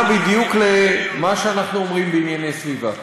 בדיוק למה שאנחנו אומרים בענייני סביבה.